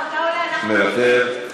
מוותר,